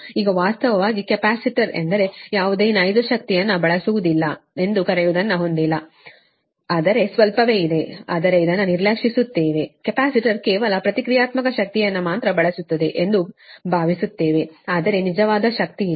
ಈಗ ವಾಸ್ತವವಾಗಿ ಕೆಪಾಸಿಟರ್ ಎಂದರೆ ಯಾವುದೇ ನೈಜ ಶಕ್ತಿಯನ್ನು ಬಳಸುವುದಿಲ್ಲ ಎಂದು ಕರೆಯುವದನ್ನು ಹೊಂದಿಲ್ಲ ಆದರೆ ಸ್ವಲ್ಪವೇ ಇದೆ ಆದರೆ ಅದನ್ನ್ನು ನಿರ್ಲಕ್ಷಿಸುತ್ತೇವೆ ಕೆಪಾಸಿಟರ್ ಕೇವಲ ಪ್ರತಿಕ್ರಿಯಾತ್ಮಕ ಶಕ್ತಿಯನ್ನು ಮಾತ್ರ ಬಳಸುತ್ತದೆ ಎಂದು ಭಾವಿಸುತ್ತೇವೆ ಆದರೆ ನಿಜವಾದ ಶಕ್ತಿಯಿಲ್ಲ